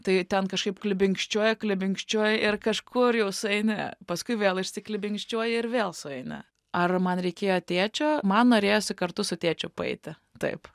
tai ten kažkaip klibinkščiuoja klibinkščiuoj ir kažkur jau sueini paskui vėl išsiklibinkščiuoji ir vėl sueini ar man reikėjo tėčio man norėjosi kartu su tėčiu paeiti taip